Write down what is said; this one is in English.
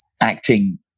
acting